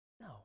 No